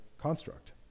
construct